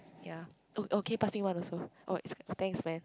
ya oh okay pass me one also oh thanks man